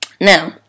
Now